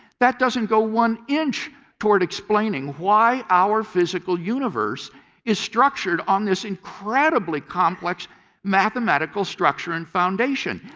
that doesn't go one inch toward explaining why our physical universe is structured on this incredibly complex mathematical structure and foundation.